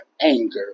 anger